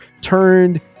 turned